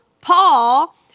Paul